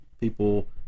people